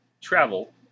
travel